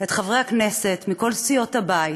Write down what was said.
את חברי הכנסת מכל סיעות הבית